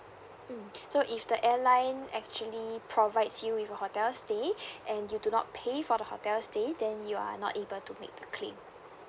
mm so if the airline actually provides you with your hotel stay and you do not pay for the hotel stay then you are not able to make the claim